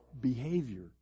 behavior